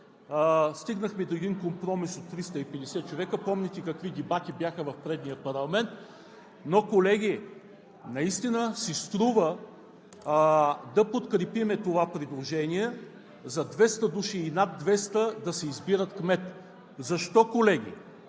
Стигнахме до един компромис от 350 човека. Помните какви дебати бяха в предния парламент. Но, колеги, наистина си струва да подкрепим това предложение за 200 души и над 200 да си избират кмет. Защо, колеги?